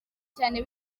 cyane